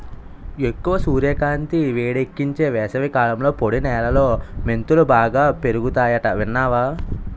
ఎక్కువ సూర్యకాంతి, వేడెక్కించే వేసవికాలంలో పొడి నేలలో మెంతులు బాగా పెరుగతాయట విన్నావా